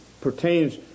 pertains